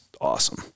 awesome